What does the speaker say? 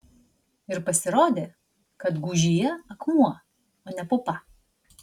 ir pasirodė kad gūžyje akmuo o ne pupa